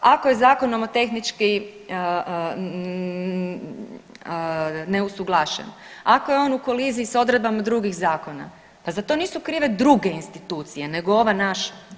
Ako je zakon nomotehnički neusuglašen, ako je on u koliziji sa odredbama drugih zakona pa za to nisu krive druge institucije nego ova naša.